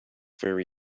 very